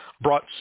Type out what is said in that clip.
Brought